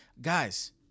Guys